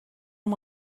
amb